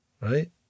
right